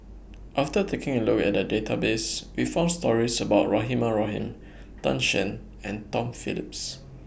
after taking A Look At The Database We found stories about Rahimah Rahim Tan Shen and Tom Phillips